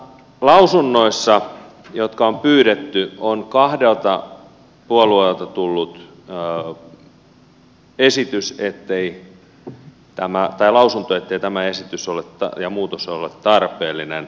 lausunnoissa jotka on pyydetty on kahdelta puolueelta tullut lausunto ettei tämä esitys ja muutos ole tarpeellinen